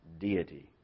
deity